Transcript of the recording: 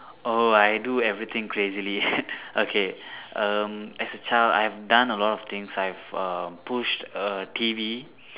oh I do everything crazily okay um as a child I have done a lot of things I have um pushed a T_V